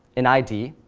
an id,